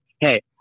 Hey